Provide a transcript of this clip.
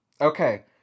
Okay